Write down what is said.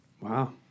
Wow